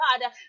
God